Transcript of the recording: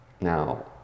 now